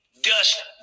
dust